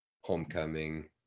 homecoming